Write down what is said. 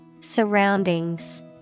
Surroundings